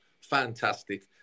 fantastic